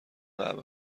قهوه